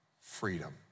freedom